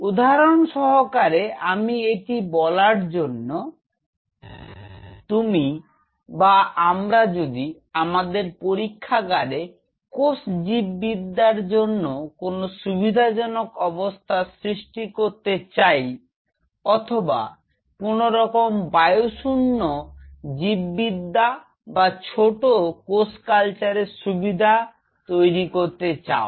উদাহরণ সহকারে আমি এটি বলার জন্য তুমি বা আমরা যদি আমাদের পরীক্ষাগারে কোষ জীব বিদ্যার জন্য কোন সুবিধাজনক অবস্থার সৃষ্টি করতে চাই অথবা কোনরকম বায়ুশূন্য জীব বিদ্যা বা ছোট কোষ কালচারের সুবিধা তৈরি করতে চাও